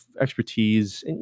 expertise